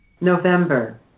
November